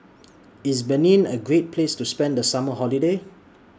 IS Benin A Great Place to spend The Summer Holiday